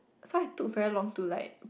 so I took very long to like